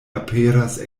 aperas